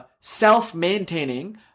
self-maintaining